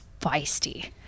feisty